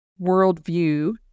worldview